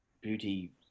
beauty